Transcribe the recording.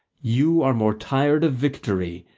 you are more tired of victory,